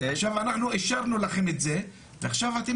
עכשיו אנחנו אישרנו לכם את זה ועכשיו אתם